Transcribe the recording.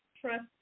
Trust